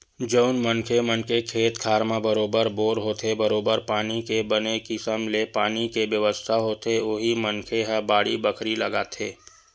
जउन मनखे मन के खेत खार म बरोबर बोर होथे बरोबर पानी के बने किसम ले पानी के बेवस्था होथे उही मनखे ह बाड़ी बखरी लगाथे